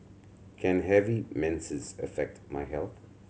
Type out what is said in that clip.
can heavy menses affect my health